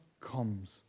comes